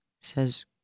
says